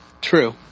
True